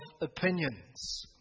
opinions